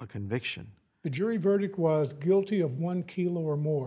a conviction the jury verdict was guilty of one kilo or more